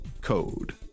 code